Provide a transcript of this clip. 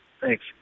Thanks